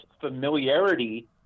familiarity